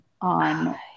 on